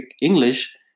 English